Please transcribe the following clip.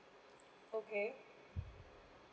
okay